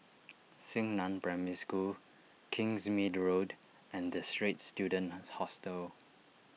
Xingnan Primary School Kingsmead Road and the Straits Students Hostel